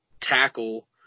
tackle